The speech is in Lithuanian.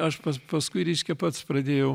aš pas paskui reiškia pats pradėjau